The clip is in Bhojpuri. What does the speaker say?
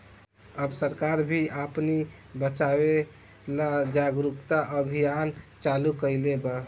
अब सरकार भी पानी बचावे ला जागरूकता अभियान चालू कईले बा